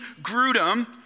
Grudem